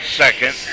second